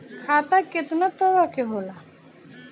खाता केतना तरह के होला?